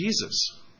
Jesus